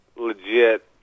legit